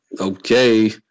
okay